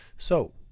so,